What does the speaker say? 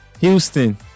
Houston